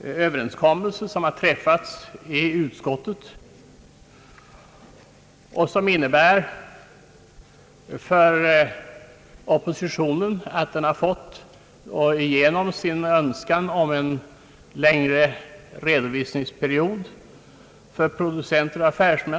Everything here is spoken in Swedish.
överenskommelse som träffats i utskottet och som innebär att oppositionen har fått igenom sin önskan om en längre redovisningsperiod för framför allt producenter och affärsmän.